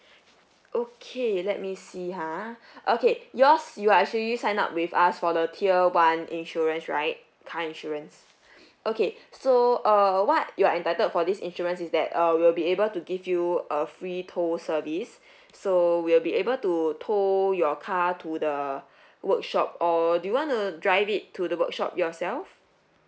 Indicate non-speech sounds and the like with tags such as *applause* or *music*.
okay let me see ha *breath* okay yours you actually sign up with us for the tier one insurance right car insurance *breath* okay so uh what you're entitled for this insurance is that uh we'll be able to give you a free tow service so we'll be able to tow your car to the workshop or do you want to drive it to the workshop yourself